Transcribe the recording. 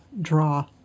draw